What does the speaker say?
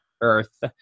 earth